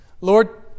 Lord